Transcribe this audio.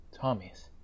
Tommy's